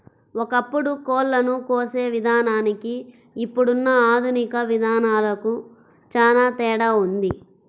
ఒకప్పుడు కోళ్ళను కోసే విధానానికి ఇప్పుడున్న ఆధునిక విధానాలకు చానా తేడా ఉంది